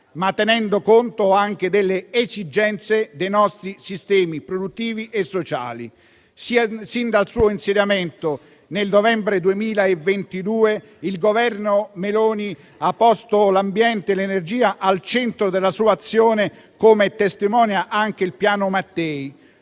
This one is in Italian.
ma tenendo conto anche delle esigenze dei nostri sistemi produttivi e sociali. Sin dal suo insediamento, nel novembre 2022, il Governo Meloni ha posto l'ambiente e l'energia al centro della sua azione, come testimonia anche il Piano Mattei.